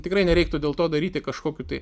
tikrai nereiktų dėl to daryti kažkokių tai